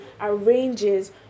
arranges